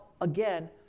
again